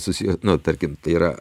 susiję na tarkim tai yra